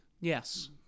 Yes